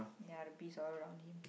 ya the bees all around him